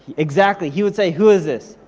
exactly, he would say, who is this?